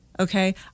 Okay